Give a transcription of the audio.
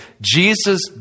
Jesus